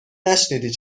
نشنیدی